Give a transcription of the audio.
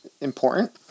important